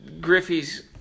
Griffey's –